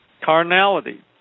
Carnality